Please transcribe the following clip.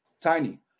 tiny